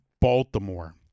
Baltimore